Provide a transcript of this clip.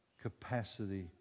Capacity